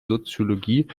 soziologie